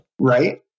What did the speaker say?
Right